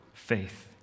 faith